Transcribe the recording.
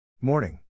Morning